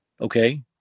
Okay